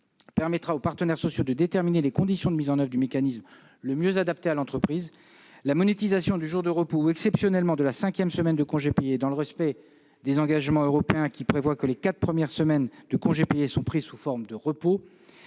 permettra aux partenaires sociaux de déterminer les conditions de mise en oeuvre du mécanisme les mieux adaptées à l'entreprise. La monétisation des jours de repos et exceptionnellement de la cinquième semaine de congés payés, dans le respect des engagements européens, qui prévoient que les quatre premières semaines de congés payés sont prises sous forme de repos,